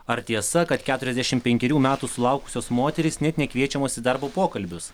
ar tiesa kad keturiasdešimt penkerių metų sulaukusios moterys net nekviečiamos į darbo pokalbius